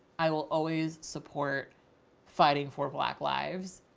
i will always support fighting for black lives.